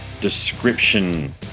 description